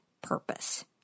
purpose